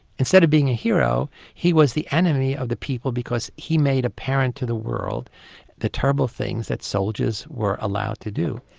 instead of being a hero he was the enemy of the people because he made apparent to the world the terrible things that soldiers were allowed to do.